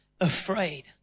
afraid